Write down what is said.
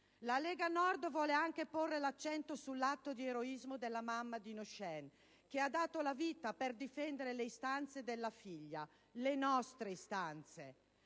La Lega Nord vuole anche porre l'accento sull'atto di eroismo della mamma di Nosheen che ha dato la vita per difendere le istanze della figlia, le nostre istanze.